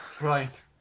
Right